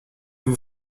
vous